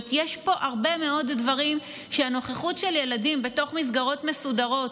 יש פה הרבה מאוד דברים שהנוכחות של ילדים בתוך מסגרות מסודרות,